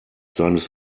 seines